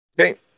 Okay